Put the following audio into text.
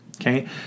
Okay